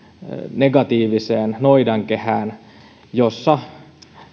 negatiiviseen noidankehään jossa